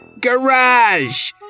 Garage